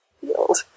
field